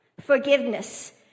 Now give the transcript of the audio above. forgiveness